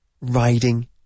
riding